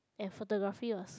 and photography was